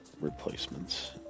replacements